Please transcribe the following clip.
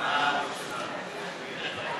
ההסתייגויות (13)